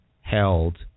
held